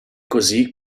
così